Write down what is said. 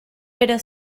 pero